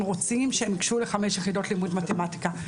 רוצים שהם ייגשו לחמש יחידות לימוד מתמטיקה,